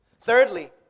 Thirdly